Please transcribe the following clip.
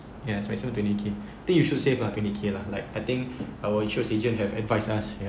ya especially twenty K think you should save ah twenty K lah like I think our insurance agent have advise us ya